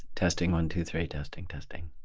testing, one, two, three. testing. testing